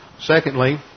Secondly